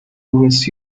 louis